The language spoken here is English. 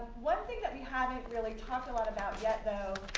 one thing that we haven't really talked a lot about yet, though,